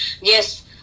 Yes